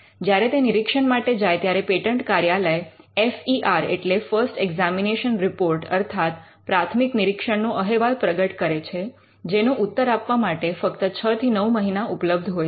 જ્યારે તે નિરીક્ષણ માટે જાય ત્યારે પેટન્ટ કાર્યાલય એફ ઈ આર એટલે ફર્સ્ટ એક્ઝામિનેશન રિપોર્ટ અર્થાત પ્રાથમિક નિરીક્ષણ નો અહેવાલ પ્રગટ કરે છે જેનો ઉત્તર આપવા માટે ફક્ત ૬ થી 9 મહિના ઉપલબ્ધ હોય છે